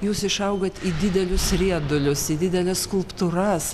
jūs išaugot į didelius riedulius į dideles skulptūras